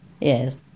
Yes